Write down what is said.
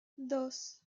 dos